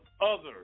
Others